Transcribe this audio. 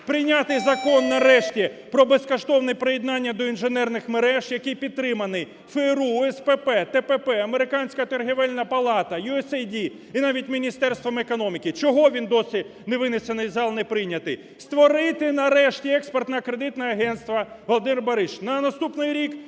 Прийняти закон нарешті про безкоштовне приєднання до інженерних мереж, який підтриманий ФРУ, УСПП, ТПП, Американська торговельна палата, USAID і навіть Міністерством економіки. Чого він досі не винесений в зал, не прийнятий? Створити нарешті Експортно-кредитне агентство. Володимир